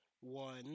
one